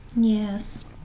Yes